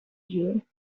you